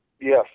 Yes